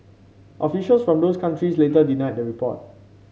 officials from those countries later denied the report